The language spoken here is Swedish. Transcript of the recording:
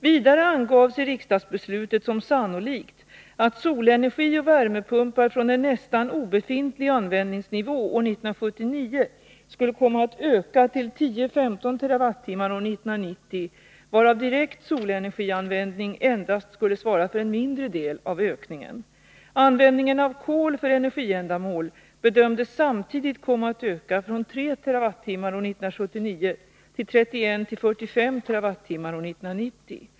Vidare angavs i riksdagsbeslutet som sannolikt att solenergi och värmepumpar från en nästan obefintlig användningsnivå år 1979 skulle komma att öka till 10-15 TWh år 1990, varav direkt solenergianvändning endast skulle svara för en mindre del av ökningen. Användningen av kol för energiändamål bedömdes samtidigt komma att öka från 3 TWh år 1979 till 31-45 TWh år 1990.